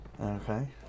Okay